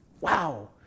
wow